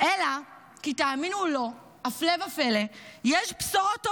אלא כי תאמינו או לא, הפלא ופלא, יש בשורות טובות,